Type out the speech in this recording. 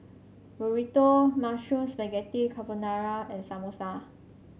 Burrito Mushroom Spaghetti Carbonara and Samosa